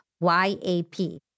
Y-A-P